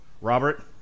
Robert